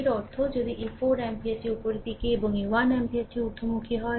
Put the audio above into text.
এর অর্থ যদি এই 4 অ্যাম্পিয়ারটি ওপরের দিকে এবং এই 1 অ্যাম্পিয়ারটিও ঊর্ধ্বমুখী হয়